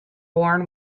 born